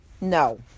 No